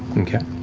okay.